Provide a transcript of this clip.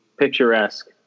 picturesque